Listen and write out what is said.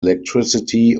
electricity